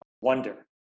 wonder